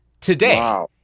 today